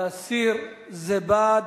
להסיר זה בעד,